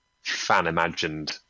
fan-imagined